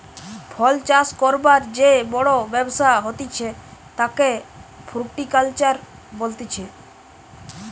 ফল চাষ করবার যে বড় ব্যবসা হতিছে তাকে ফ্রুটিকালচার বলতিছে